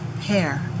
hair